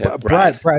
Brad